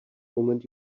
moment